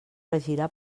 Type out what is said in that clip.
regirà